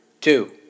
two